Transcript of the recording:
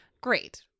great